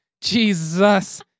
Jesus